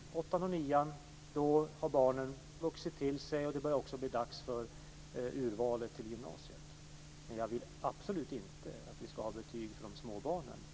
I åttan och nian har barnen vuxit till sig och det börjar också bli dags för urvalet till gymnasiet. Men jag vill absolut inte att vi ska ha betyg för de små barnen.